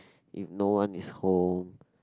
if no one is home